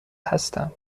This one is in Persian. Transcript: هستم